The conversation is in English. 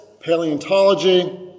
paleontology